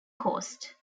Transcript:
coast